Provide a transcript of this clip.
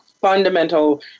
fundamental